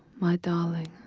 my darling.